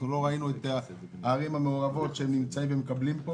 לא ראינו שאנשי הערים המעורבות מקבלים פה